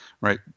right